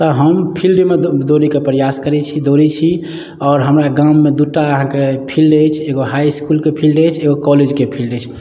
तऽ हम फिल्डमे दौड़ैके प्रयास करै छी दौड़ै छी आओर हमरा गाममे दू टा अहाँके फील्ड अछि एगो हाइ इसकुलके फील्ड अछि एगो कॉलेजके फील्ड अछि